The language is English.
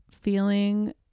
feeling